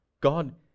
God